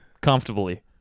Comfortably